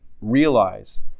realize